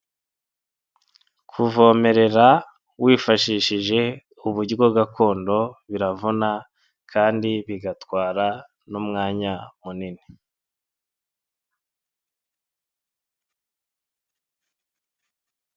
Kuvomerera wifashishije uburyo gakondo biravuna kandi bigatwara n'umwanya munini.